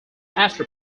after